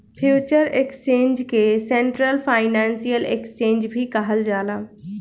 future exchange के central financial exchange भी कहल जाला